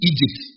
Egypt